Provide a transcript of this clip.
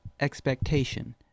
expectation